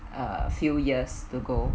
err few years to go